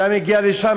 והיה מגיע לשם.